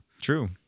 True